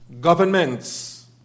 governments